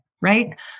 Right